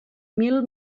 mil